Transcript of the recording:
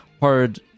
hard